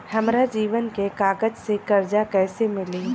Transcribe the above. हमरा जमीन के कागज से कर्जा कैसे मिली?